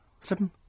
Seven